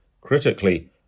critically